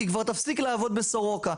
כי היא כבר תפסיק לעבוד בסורוקה.